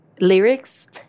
lyrics